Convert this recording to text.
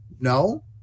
no